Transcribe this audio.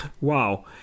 wow